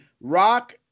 Rock